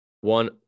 one